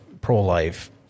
pro-life